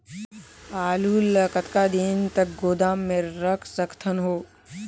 आलू ल कतका दिन तक गोदाम मे रख सकथ हों?